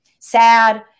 sad